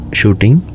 shooting